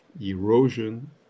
erosion